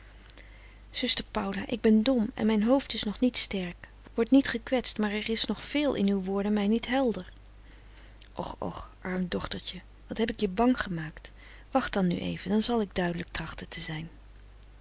zuster paula ik ben dom en mijn hoofd is nog niet sterk word niet gekwetst maar er is nog veel in uw woorden mij niet helder och och arm dochtertje wat heb ik je bang gemaakt wacht dan nu even dan zal ik duidelijk trachten te zijn